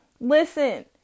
Listen